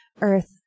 earth